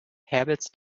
habits